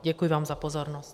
Děkuji vám za pozornost.